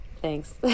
Thanks